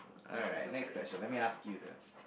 alright next question let me ask you then